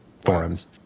forums